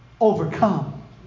overcome